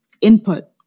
input